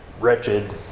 wretched